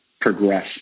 progress